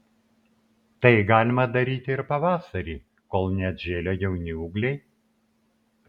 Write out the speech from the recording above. tai galima daryti ir pavasarį kol neatžėlę jauni ūgliai